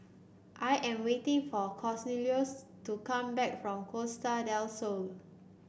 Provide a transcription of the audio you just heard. I am waiting for Cornelius to come back from Costa Del Sol